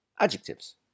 adjectives